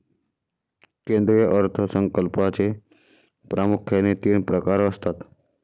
केंद्रीय अर्थ संकल्पाचे प्रामुख्याने तीन प्रकार असतात